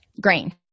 grain